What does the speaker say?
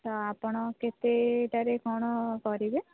ତ ଆପଣ କେତେଟାରେ କ'ଣ କରିବେ